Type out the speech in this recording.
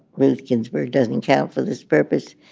ruth ginsburg doesn't count for this purpose.